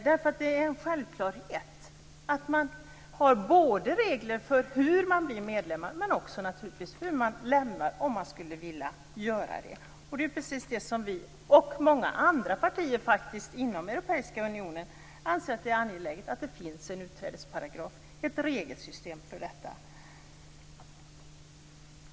Det är ju en självklarhet att man har regler för hur man blir medlemmar men naturligtvis också för hur man lämnar, om man skulle vilja göra det. Vi och många andra partier inom Europeiska unionen anser att det är angeläget att det finns en utträdesparagraf och ett regelsystem för detta.